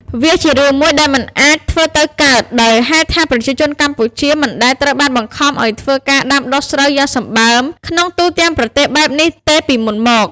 វាជារឿងមួយដែលមិនអាចធ្វើទៅកើត ដោយហេតុថាប្រជាជនកម្ពុជាមិនដែលត្រូវបានបង្ខំឱ្យធ្វើការដាំដុះស្រូវយ៉ាងសម្បើមក្នុង ទូទាំងប្រទេសបែបនេះទេពីមុនមក ។